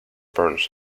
burns